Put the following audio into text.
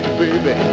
baby